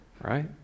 Right